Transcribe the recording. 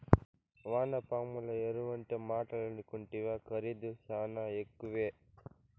వానపాముల ఎరువంటే మాటలనుకుంటివా ఖరీదు శానా ఎక్కువే